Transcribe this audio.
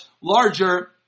larger